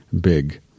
big